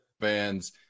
fans